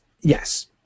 Yes